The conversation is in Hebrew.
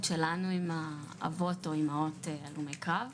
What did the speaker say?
שלנו עם האבות או אימהות הלומי קרב.